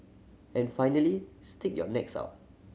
and finally stick your necks out